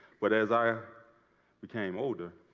but as i became older,